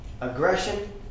aggression